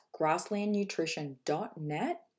grasslandnutrition.net